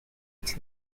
its